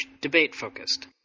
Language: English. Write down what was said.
debate-focused